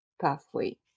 Pathway